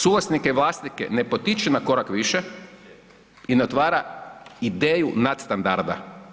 Suvlasnike i vlasnike ne potiče na korak više i ne otvara ideju nadstandarda.